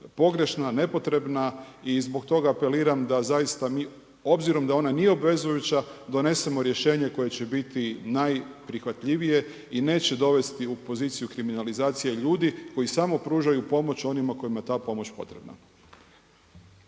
pogrešna, nepotrebna i zbog toga apeliram da zaista mi obzirom da ona nije obvezujuća, donesemo rješenje koje će biti najprihvatljivije i neće dovesti u poziciju kriminalizacije ljudi koji samo pružaju pomoć onima kojima je ta pomoć potrebna.